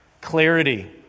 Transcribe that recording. clarity